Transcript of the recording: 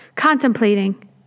Contemplating